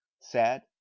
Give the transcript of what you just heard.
Sad